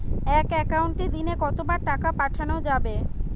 এক একাউন্টে দিনে কতবার টাকা পাঠানো যাবে?